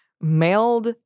mailed